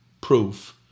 proof